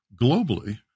Globally